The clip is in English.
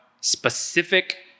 specific